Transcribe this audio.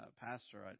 Pastor